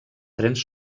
trens